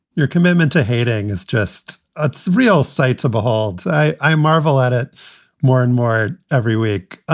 your commitment to hating is just a thrill sight to behold. i marvel at it more and more every week.